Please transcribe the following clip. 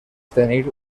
tenir